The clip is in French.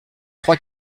trois